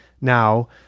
now